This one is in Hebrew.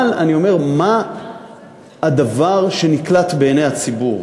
אבל אני אומר, מה הדבר שנקלט בעיני הציבור?